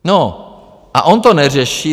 No, a on to neřeší.